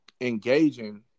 engaging